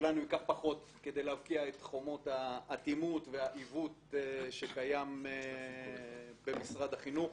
שלנו יקח פחות כדי להבקיע את חומות האטימות והעיוות שקיים במשרד החינוך.